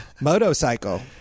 Motorcycle